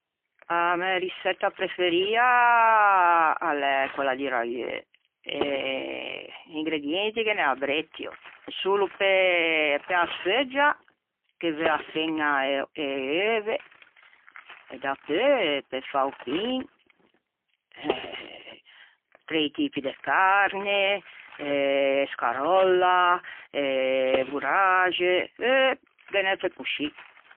A mæ riçetta preferia a l'é quella di raieu. Ingredienti ghe n'é a breuttio. Solo pe-a sfeuggia ghe veu a feña, e euve, e dapeu pe fâ o pin eh trei tipi de crne, scaròlla e borâxe eu ghe n'é pe coscì